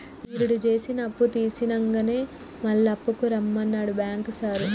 నిరుడు జేసిన అప్పుతీర్సినంకనే మళ్ల అప్పుకు రమ్మన్నడు బాంకు సారు